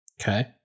Okay